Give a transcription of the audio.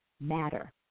matter